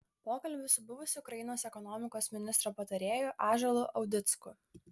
pokalbis su buvusiu ukrainos ekonomikos ministro patarėju ąžuolu audicku